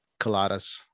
coladas